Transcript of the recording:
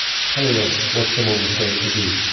telling us what someone was going to do.